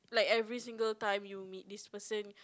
like every single time you meet this person